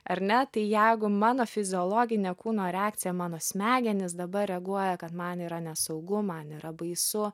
ar ne tai jeigu mano fiziologinė kūno reakcija mano smegenys dabar reaguoja kad man yra nesaugu man yra baisu